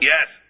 Yes